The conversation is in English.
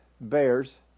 bears